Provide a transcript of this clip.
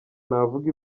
navuga